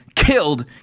Killed